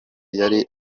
yari